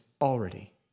already